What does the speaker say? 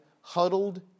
huddled